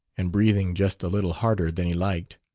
and breathing just a little harder than he liked.